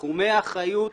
תחומי האחריות,